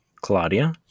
Claudia